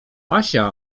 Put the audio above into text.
asia